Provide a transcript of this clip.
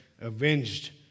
avenged